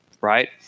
right